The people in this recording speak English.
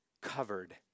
Covered